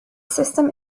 system